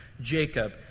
Jacob